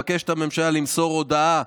מבקשת הממשלה למסור הודעה,